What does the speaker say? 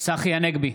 צחי הנגבי,